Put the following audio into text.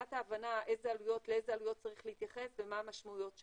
מבחינת ההבנה לאיזה עלויות צריך להתייחס ומה המשמעויות שלהן,